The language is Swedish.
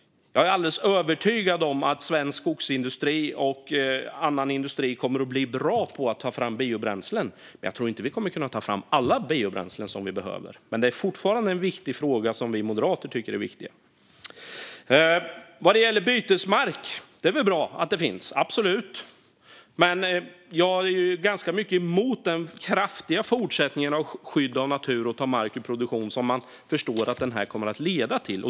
Jag är alldeles övertygad om att svensk skogsindustri och annan industri kommer att bli bra på att ta fram biobränslen, men jag tror inte att vi kommer att kunna ta fram alla biobränslen som vi behöver. Det är dock fortfarande en viktig fråga, tycker vi moderater. När det gäller bytesmark är det väl bra att det finns, absolut! Men jag är ganska mycket emot den kraftiga fortsättning av att ta mark ur produktion för att skydda natur som man förstår att detta kommer att leda till.